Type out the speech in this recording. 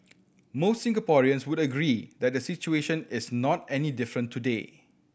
most Singaporeans would agree that the situation is not any different today